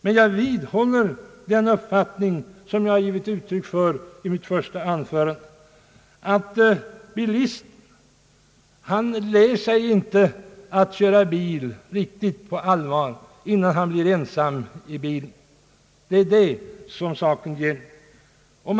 Men jag vidhåller den uppfattning, som jag givit uttryck för i mitt första anförande, att bilisten inte lär sig att köra bil riktigt på allvar innan han blir ensam i bilen. Det är det saken gäller.